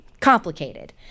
Complicated